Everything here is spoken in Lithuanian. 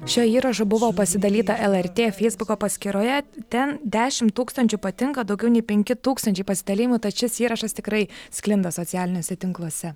šiuo įrašu buvo pasidalyta lrt feisbuko paskyroje ten dešimt tūkstančių patinka daugiau nei penki tūkstančiai pasidalijimų tad šis įrašas tikrai sklinda socialiniuose tinkluose